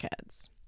kids